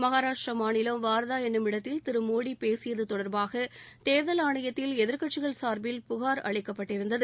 மஹாராஷ்ட்ர மாநிலம் வார்தா என்னுமிடத்தில் திரு மோடி பேசியது தொடர்பாக தேர்தல் ஆணையத்தில் எதிர்க்கட்சிகள் சார்பில் புகார் அளிக்கப்பட்டிருந்தது